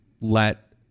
let